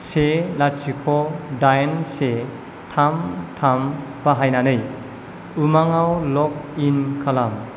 से लाथिख' दाइन से थाम थाम बाहायनानै उमांगआव लगइन खालाम